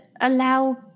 allow